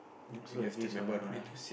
so if